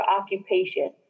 occupation